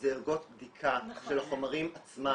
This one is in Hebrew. זה ערכות בדיקה של החומרים עצמם.